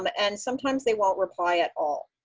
um ah and sometimes they won't reply at all.